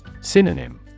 Synonym